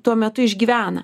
tuo metu išgyvena